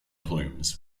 plumes